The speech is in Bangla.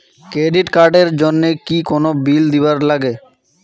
ক্রেডিট কার্ড এর জন্যে কি কোনো বিল দিবার লাগে?